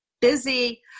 busy